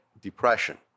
depression